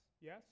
Yes